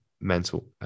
mental